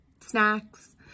snacks